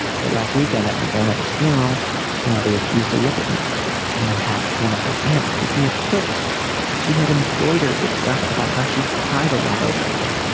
but last weekend at my grandmother's funeral my mother refused to look at me and then had one of my aunts give me a quilt that she had embroidered with stuff about how she'd cried a lot over me.